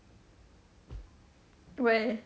where